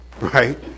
right